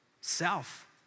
self